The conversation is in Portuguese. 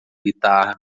guitarra